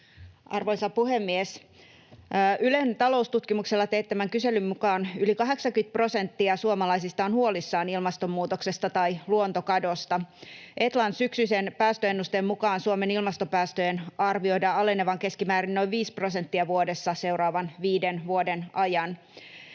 Arvoisa puhemies! Ylen Taloustutkimuksella teettämän kyselyn mukaan yli 80 prosenttia suomalaisista on huolissaan ilmastonmuutoksesta tai luontokadosta. Etlan syksyisen päästöennusteen mukaan Suomen ilmastopäästöjen arvioidaan alenevan keskimäärin noin 5 prosenttia vuodessa seuraavan viiden vuoden ajan.